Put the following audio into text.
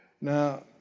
Now